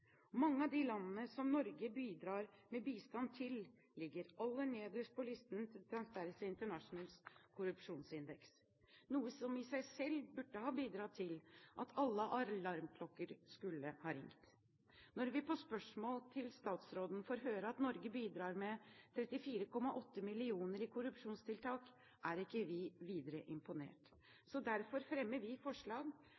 Mange av de landene som Norge bidrar med bistand til, ligger aller nederst på listen til Transparency Internationals korrupsjonsindeks, noe som i seg selv burde ha bidratt til at alle alarmklokker skulle ha ringt. Når vi på spørsmål til statsråden får høre at Norge bidrar med 34,8 mill. kr til korrupsjonstiltak, er ikke vi videre